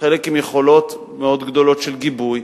חלק עם יכולות מאוד גדולות של גיבוי.